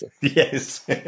Yes